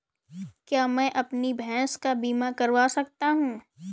क्या मैं अपनी भैंस का बीमा करवा सकता हूँ?